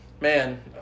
man